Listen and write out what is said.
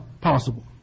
possible